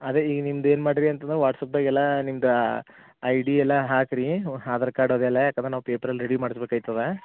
ಅದೇ ಈಗ ನಿಮ್ದೇನು ಮಾಡಿರಿ ಅಂತಂದ್ರ ವಾಟ್ಸಾಪ್ದಾಗ್ ಎಲ್ಲಾ ನಿಮ್ದು ಐಡಿ ಎಲ್ಲಾ ಹಾಕ್ರಿ ಆಧಾರ್ ಕಾರ್ಡ್ ಅದೆಲ್ಲಾ ಯಾಕಂದ್ರೆ ನಾವು ಪೇಪರಲ್ಲಿ ರೆಡಿ ಮಾಡ್ಸ್ಬೇಕಾಯ್ತದ